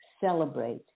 Celebrate